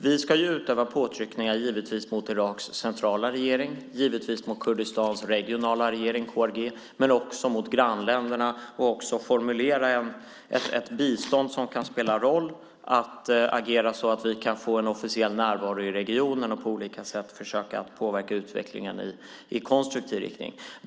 Vi ska givetvis utöva påtryckningar mot Iraks centrala regering, givetvis mot Kurdistans regionala regering, KRG, men också mot grannländerna. Vi ska också formulera ett bistånd som kan spela roll och agera så att vi kan få en officiell närvaro i regionen och på olika sätt försöka påverka utvecklingen i konstruktiv riktning.